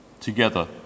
Together